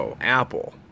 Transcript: Apple